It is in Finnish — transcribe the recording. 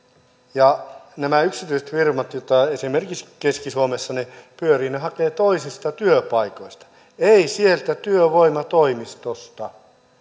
ja nämä yksityiset firmat joita esimerkiksi keski suomessa pyörii hakevat toisista työpaikoista eivät sieltä työvoimatoimistosta